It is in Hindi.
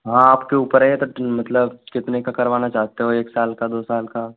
हाँ आपके ऊपर है अगर मतलब कितने का करवाना चाहते हो एक साल का दो साल का